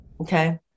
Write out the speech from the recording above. Okay